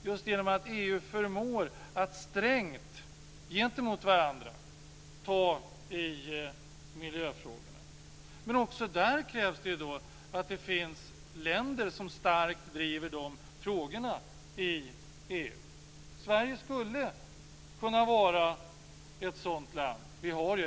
EU-länderna förmår att gentemot varandra strängt ta tag i miljöfrågorna. Men också där krävs det att det finns länder som starkt driver dessa frågor i EU. Sverige skulle kunna vara ett sådant land.